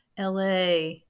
LA